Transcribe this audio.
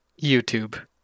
YouTube